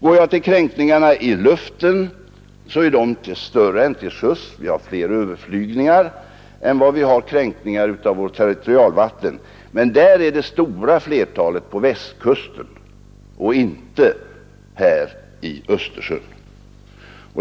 Går man till kränkningarna i luften finner man att de är fler än till sjöss. Det förekommer fler överflygningar än kränkningar av våra territorialvatten, men där inträffar det stora flertalet på Västkusten och inte i Östersjön.